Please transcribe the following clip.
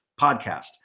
podcast